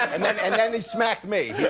and then and then he smacked me.